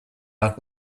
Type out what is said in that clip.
out